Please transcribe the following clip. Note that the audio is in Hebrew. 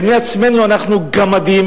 בעיני עצמנו אנחנו גמדים,